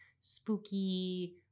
spooky